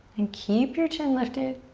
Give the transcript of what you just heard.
and keep your chin lifted.